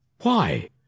Why